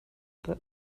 that